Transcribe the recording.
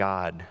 God